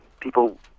People